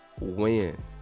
win